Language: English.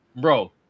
Bro